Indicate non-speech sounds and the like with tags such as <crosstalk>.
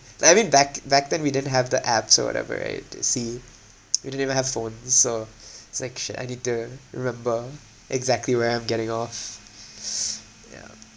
like I mean back back then we didn't have the apps or whatever right to see <noise> we didn't even have phones so it's like shit I need to remember exactly where I'm getting off <noise> yeah